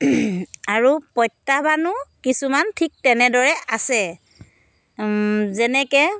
আৰু প্ৰত্যাহ্বানো কিছুমান ঠিক তেনেদৰে আছে যেনেকৈ